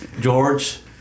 George